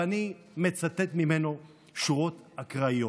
ואני מצטט ממנו שורות אקראיות: